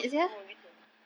oh gitu